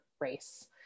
race